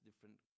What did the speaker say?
different